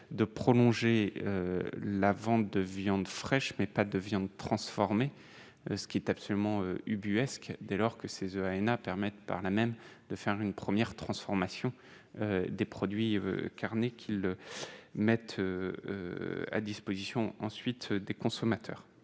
de prolonger la vente de viande fraîche, mais pas de viande transformée, ce qui est absolument ubuesque, dès lors que ces ENA permettent par là même de faire une première transformation des produits carnés qu'le mettent à disposition ensuite des consommateurs